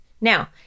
Now